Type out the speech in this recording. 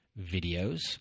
videos